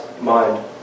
mind